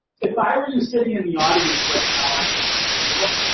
if i were you sitting in the audience right now, i'd be thinking,